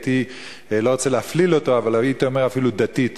אני לא רוצה להפליל אותו אבל הייתי אומר אפילו דתית,